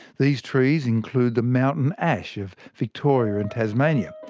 these trees include the mountain ash of victoria and tasmania.